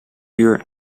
uur